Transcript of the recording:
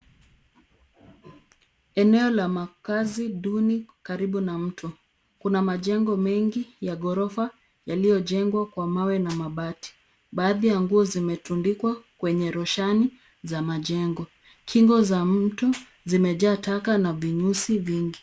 Eneo la makazi duni karibu na mto. Kuna majengo mengi ya gorofa yaliyojengwa kwa mawe na mabati. Baadhi ya nguo zimetundikwa kwenye roshani za majengo. Kingo za mto zimejaa taka na vinyusi vingi.